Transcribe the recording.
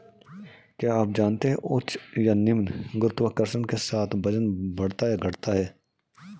क्या आप जानते है उच्च या निम्न गुरुत्वाकर्षण के साथ वजन बढ़ता या घटता है?